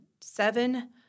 seven